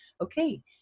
okay